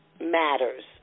matters